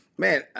Man